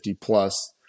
plus